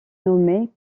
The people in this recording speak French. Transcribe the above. nommé